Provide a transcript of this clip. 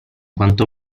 quanto